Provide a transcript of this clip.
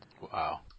Wow